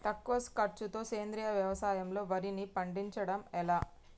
తక్కువ ఖర్చుతో సేంద్రీయ వ్యవసాయంలో వారిని పండించడం ఎలా?